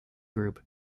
group